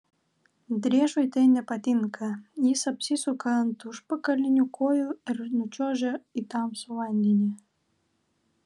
driežui tai nepatinka jis apsisuka ant užpakalinių kojų ir nučiuožia į tamsų vandenį